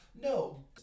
No